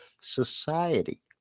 Society